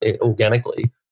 organically